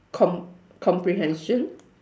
com~ comprehension